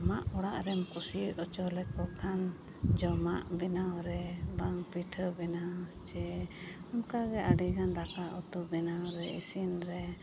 ᱟᱢᱟᱜ ᱚᱲᱟᱜ ᱨᱮᱢ ᱠᱩᱥᱤ ᱚᱪᱚ ᱞᱮᱠᱚ ᱠᱷᱟᱱ ᱡᱚᱢᱟᱜ ᱵᱮᱱᱟᱣ ᱨᱮ ᱵᱟᱝ ᱯᱤᱴᱷᱟᱹ ᱵᱮᱱᱟᱣ ᱪᱮ ᱚᱱᱠᱟᱜᱮ ᱟᱹᱰᱤᱜᱟᱱ ᱫᱟᱠᱟ ᱩᱛᱩ ᱵᱮᱱᱟᱣ ᱨᱮ ᱤᱥᱤᱱ ᱨᱮ